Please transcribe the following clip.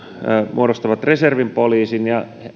muodostavat reservin poliisin ja